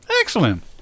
Excellent